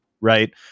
right